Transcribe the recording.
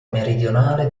meridionale